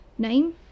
Name